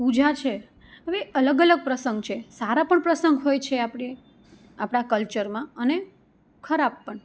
પૂજા છે હવે અલગ અલગ પ્રસંગ છે સારા પણ પ્રસંગ હોય છે આપણે આપણા કલ્ચરમાં અને ખરાબ પણ